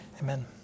amen